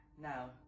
Now